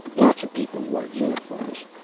lots of people wore uniforms.